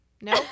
No